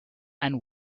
and